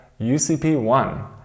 UCP1